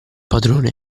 padrone